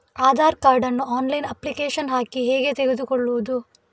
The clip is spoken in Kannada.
ಆಧಾರ್ ಕಾರ್ಡ್ ನ್ನು ಆನ್ಲೈನ್ ಅಪ್ಲಿಕೇಶನ್ ಹಾಕಿ ಹೇಗೆ ತೆಗೆದುಕೊಳ್ಳುವುದು?